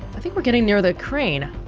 i think we're getting near the crane